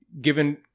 given